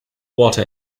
water